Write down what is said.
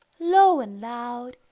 low and loud,